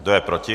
Kdo je proti?